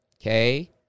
okay